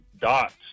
dots